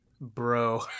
bro